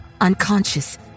unconscious